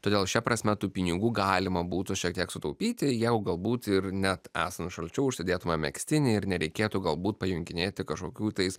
todėl šia prasme tų pinigų galima būtų šiek tiek sutaupyti jau galbūt ir net esant šalčiau užsidėtume megztinį ir nereikėtų galbūt pajunginėti kažkokių tais